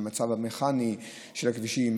המצב המכני של הכבישים,